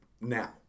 now